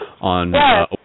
on